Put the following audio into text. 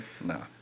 No